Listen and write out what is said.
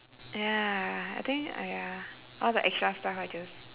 ya I think !aiya! all the extra stuff I just